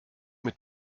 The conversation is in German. mit